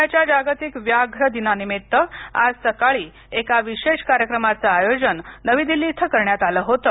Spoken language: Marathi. उद्याच्या जागतिक व्याघ्र दिनानिमित्त आज सकाळी एका विशेष कार्यक्रमाचं आयोजन नवी दिल्ली इथं करण्यात आलं होतं